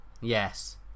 Yes